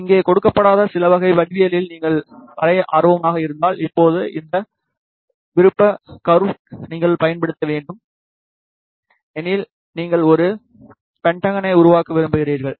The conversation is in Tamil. இங்கே கொடுக்கப்படாத சில வகை வடிவவியலில் நீங்கள் வரைய ஆர்வமாக இருந்தால் இப்போது இந்த விருப்ப கர்வு நீங்கள் பயன்படுத்த வேண்டும் எனில்நீங்கள் ஒரு பென்டகனை உருவாக்க விரும்புகிறீர்கள்